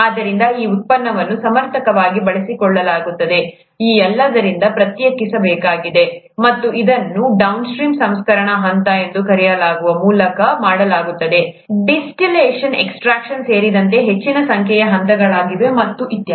ಆದ್ದರಿಂದ ಈ ಉತ್ಪನ್ನವನ್ನು ಸಮರ್ಥವಾಗಿ ಬಳಸುವುದಕ್ಕಾಗಿ ಈ ಎಲ್ಲದರಿಂದ ಪ್ರತ್ಯೇಕಿಸಬೇಕಾಗಿದೆ ಮತ್ತು ಅದನ್ನು ಡೌನ್ಸ್ಟ್ರೀಮ್ ಸಂಸ್ಕರಣಾ ಹಂತಗಳು ಎಂದು ಕರೆಯುವ ಮೂಲಕ ಮಾಡಲಾಗುತ್ತದೆ ಡಿಸ್ಟಿಲೇಶನ್ ಎಕ್ಸ್ ಸ್ಟ್ರಾಕ್ಷನ್ ಸೇರಿದಂತೆ ಹೆಚ್ಚಿನ ಸಂಖ್ಯೆಯ ಹಂತಗಳಿವೆ ಮತ್ತು ಇತ್ಯಾದಿ